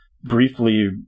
briefly